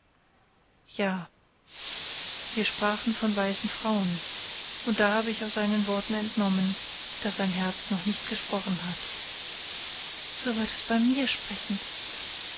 ja wir sprachen von weißen frauen und da habe ich aus seinen worten entnommen daß sein herz noch nicht gesprochen hat so wird es bei mir sprechen